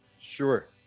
Sure